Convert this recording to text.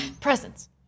presents